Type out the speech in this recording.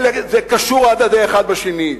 זה קשור אחד בשני.